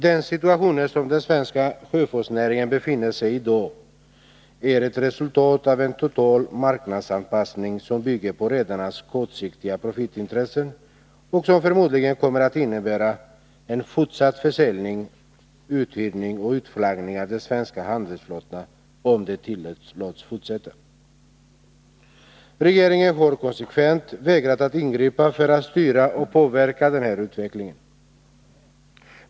Den situation som den svenska sjöfartsnäringen befinner sig i i dag är ett resultat av en total marknadsanpassning, som bygger på redarnas kortsiktiga profitintressen och som förmodligen kommer att innebära en fortsatt försäljning, uthyrning och utflaggning av den svenska handelsflottan om den tillåts fortsätta. Regeringen har konsekvent vägrat att ingripa för att styra och påverka den här utvecklingen.